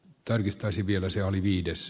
tarkistaisin vielä se oli viides